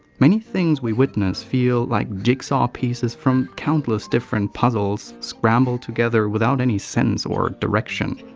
many things we witness feel like jigsaw pieces from countless different puzzles scrambled together without any sense or direction.